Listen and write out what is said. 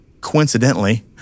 Coincidentally